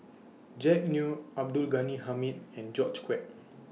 Jack Neo Abdul Ghani Hamid and George Quek